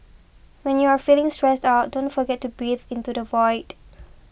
when you are feeling stressed out don't forget to breathe into the void